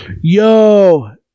Yo